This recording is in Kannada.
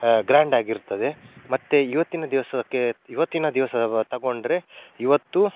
ಗ್ರ್ಯಾಂಡಾಗಿರ್ತದೆ ಮತ್ತು ಇವತ್ತಿನ ದಿವಸಕ್ಕೆ ಇವತ್ತಿನ ದಿವಸ ತಗೊಂಡ್ರೆ ಇವತ್ತು